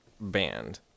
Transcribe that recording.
band